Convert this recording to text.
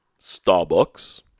starbucks